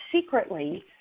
secretly